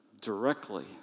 directly